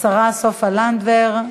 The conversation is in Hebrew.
השרה סופה לנדבר.